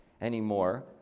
anymore